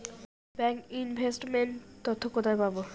Bank investment তথ্য কোথায় পাব?